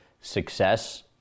success